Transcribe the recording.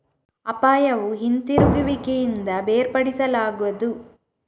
ಅಪಾಯವು ಹಿಂತಿರುಗುವಿಕೆಯಿಂದ ಬೇರ್ಪಡಿಸಲಾಗದು